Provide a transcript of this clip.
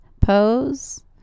pose